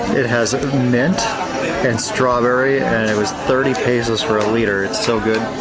it has mint and strawberry and it was thirty pesos for a liter. it's so good.